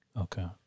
Okay